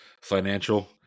financial